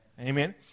Amen